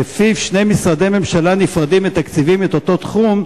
שלפיו שני משרדי ממשלה נפרדים מתקצבים את אותו תחום,